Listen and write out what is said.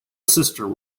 sister